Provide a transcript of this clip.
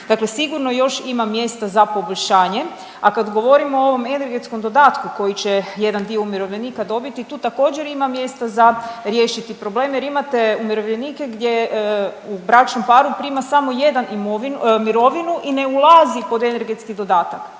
sigurno još ima mjesta za poboljšanje, a kad govorimo o ovom energetskom dodatku koji će jedan dio umirovljenika dobiti, tu također, ima mjesta za riješiti problem jer imate umirovljenike gdje u bračnom paru samo jedan mirovinu i ne ulazi pod energetski dodatak.